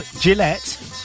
Gillette